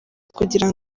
kugira